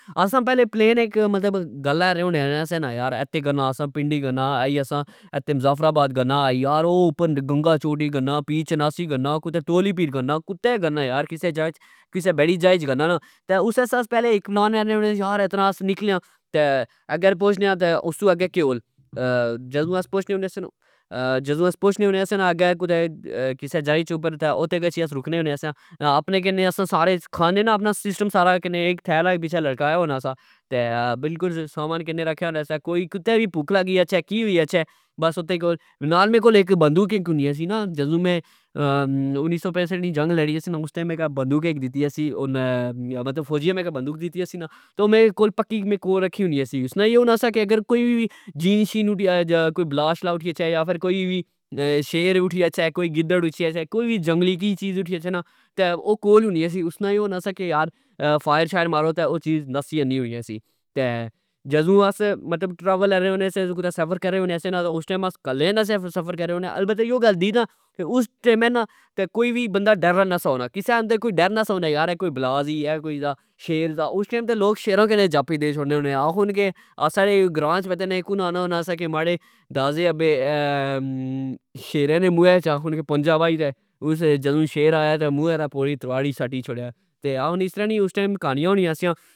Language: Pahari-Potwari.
اسا پہلے پلین, اک مطلب گل آکھنے ہونے سیا نا یار اتے کرنا یار اساں پنڈی گنا ,اے اساں اتے مظفراباد گنا ,یار او اپر گنگا چوٹی گنا, پیر چناسی گنا ,کتہ تولی پیر گنا, کتہ گنا یار کسہ بڑی جہچ گنا, نا تہ اسلہ سا کہ نا نا آکھنےیار اعتراس نکلیاتہ .اگر پوچنے آ تہ استو اگہ کیولجدو آس پوچنے ہونے سیاں نا اگہ کرہ کسہ جائی اپر اتھے گچھی اساں رکنے ہونے سیا اپنے کین اسا کھانے نا اسا سارا سسٹم کنی تھیلا اک پچھہ لٹکایا ہونا سا. تہ بلکل سامان رکھیا ہونا سا کتہ وی پکھ لگ جئے کیہوئی نال میکول اک بندوک ہونی سی نا ,جدو میں انی سو پینسٹھ نی جنگ لڑی سی نا ,اس ٹئم مکی بندوک اک دتی یا سی انا فوجیاں مکی بندوق دتی سی تہ او میں کول پکی کول رکھی ہونی سی. اسنا یہ ہونا سا کہ اگر کوئی وی جن شن یا بلا شا اٹھی اچھہ یا کوئی وی شیر اٹھی اچھہ کوئی گدڑ اٹھی اچھہ کوئی وی جنگلی چیز اٹھی اچھہ نا تہ او کول ہونی سی اسنا اے ہونا سی کہ یرا فائر مارو تہ او چیز نسی جانی سی .تہ جدو آس مطلب ٹریول کرنے ہونے سیا سفر کرنے سیا نا اس ٹئم اسا کلے نا سفر کرنے ٍسا اس ٹئم نا کوئی بندا ڈرنا نئی سا ہونا کسہٍاندر کوئی ڈر نی سا ہونا کہ یرا اہہ کوئی بلا دی یا شیر دا اس ٹئم تہ لوک شیرا کی جپی دئی شوڑنے سے .اخن کہ اساں نے گراں وچ پتہ نی کن آکھنا ہونا سا کہ ماڑے دادے ابے شیرہ نے مویں عچ پنجا بائی تہ جدو شیر آیا تہ تواڑی سٹی شوڑیا .اسرہ نی اس ٹئم کہانیا ہونیا سئیا